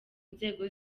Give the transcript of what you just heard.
nzego